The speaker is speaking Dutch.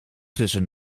tussen